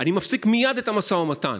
אני מפסיק מייד את המשא ומתן,